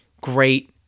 Great